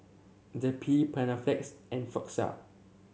Zappy Panaflex and Floxia